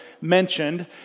mentioned